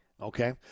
Okay